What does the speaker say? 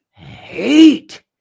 Hate